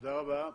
תודה רבה.